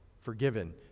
forgiven